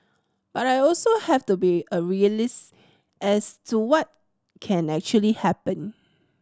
but I also have to be a realist as to what can actually happen